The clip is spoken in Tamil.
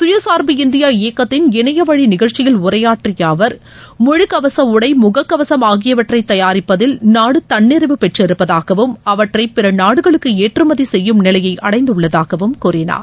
சுயசார்பு இந்தியா இயக்கத்தின் இணைய வழி நிகழ்ச்சியில் உரையாற்றி அவர் முழு கவச உடை முககவசம் ஆகியவற்றை தயாரிப்பதில் நாடு தன்னிறைவு பெற்றிருப்பதாகவும் அவற்றை பிற நாடுகளுக்கு ஏற்றுமதி செய்யும் நிலையை அடைந்துள்ளதாகவும் கூறினார்